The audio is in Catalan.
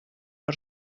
per